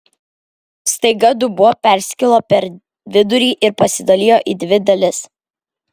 staiga dubuo perskilo per vidurį ir pasidalijo į dvi dalis